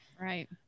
Right